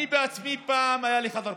אני עצמי, פעם היה לי חדר כושר,